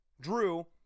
Drew